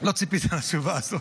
לא ציפית לתשובה הזאת.